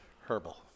Herbal